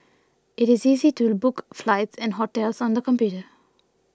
it is easy to book flights and hotels on the computer